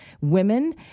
women